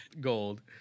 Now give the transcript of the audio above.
gold